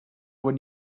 would